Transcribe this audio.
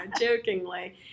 jokingly